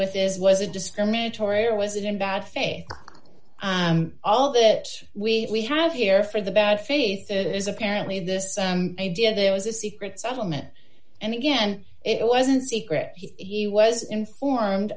with is was a discriminatory or was it in bad faith all that we have here for the bad faith is apparently this idea there was a secret settlement and again it wasn't secret he was informed